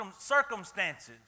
circumstances